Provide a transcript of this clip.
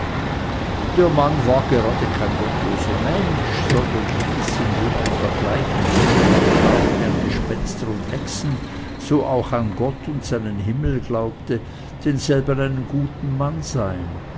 der mann war gerade kein gottloser mensch sondern ließ indem er in der gleichen wunderlichen art wie an gespenster und hexen so auch an gott und seinen himmel glaubte denselben einen guten mann sein